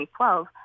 2012